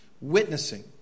Witnessing